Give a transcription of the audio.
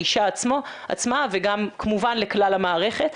לאשה עצמה וגם כמובן לכלל המערכת.